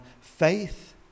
faith